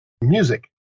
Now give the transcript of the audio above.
music